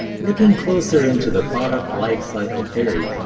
looking closer into the product life cycle theory,